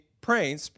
praying